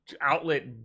outlet